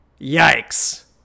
Yikes